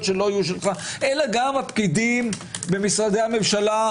שלא יהיו שלך אלא גם הפקידים במשרדי הממשלה,